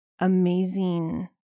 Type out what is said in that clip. amazing